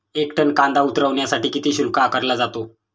एक टन कांदा उतरवण्यासाठी किती शुल्क आकारला जातो?